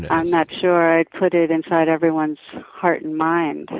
not not sure. i'd put it inside everyone's heart and minds.